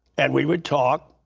and we would talk.